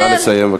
נא לסיים.